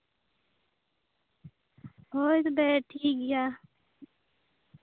ᱦᱳᱭ ᱛᱚᱵᱮ ᱴᱷᱤᱠᱜᱮᱭᱟ